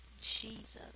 Jesus